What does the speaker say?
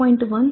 3 0